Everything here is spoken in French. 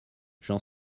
j’en